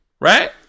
Right